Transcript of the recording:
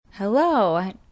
Hello